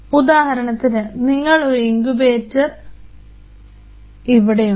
ഉദാഹരണത്തിന് നിങ്ങൾക്ക് ഒരു ഇൻക്യുബേറ്റർ ഇവിടെയുണ്ട്